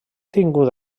tingut